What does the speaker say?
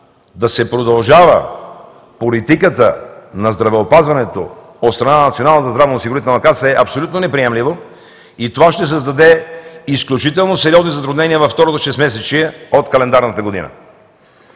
да се продължава политиката на здравеопазването от страна на Националната здравноосигурителна каса е абсолютно неприемливо и това ще създаде изключително сериозни затруднения във второто шестмесечие от календарната година.